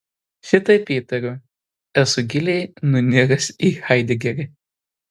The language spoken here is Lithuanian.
šitaip įtariu esu giliai nuniręs į haidegerį